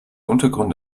untergrund